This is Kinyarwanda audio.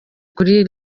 kuri